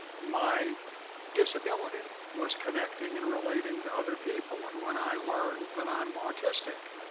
my disability was connecting and relate ing to other people and when i learned that i'm autistic,